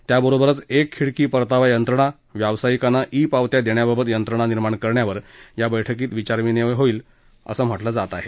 त्याबरोबरच एक खिडकी परतावा यंत्रणा व्यावसायिकांना ई पावत्या देण्याबाबत यंत्रणा निर्माण करण्यावर या बैठकीत विचार विनिमय करण्यात येणार आहे